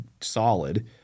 solid